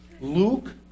Luke